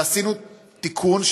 ועשינו תיקון,